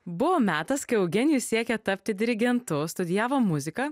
buvo metas kai eugenijus siekė tapti dirigentu studijavo muziką